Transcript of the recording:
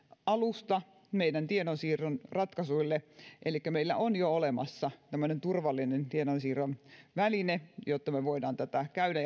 alusta meidän tiedonsiirron ratkaisuille elikkä meillä on jo olemassa tämmöinen turvallinen tiedonsiirron väline jotta me voimme käydä